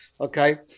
okay